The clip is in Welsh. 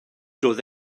doedd